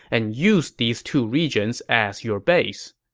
and use these two regions as your base.